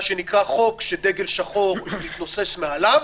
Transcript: מה שנקרא חוק שדגל שחור מתנוסס מעליו,